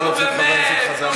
נא להוציא את חבר הכנסת חזן.